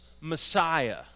Messiah